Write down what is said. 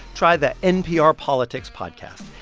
try the npr politics podcast.